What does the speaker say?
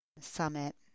Summit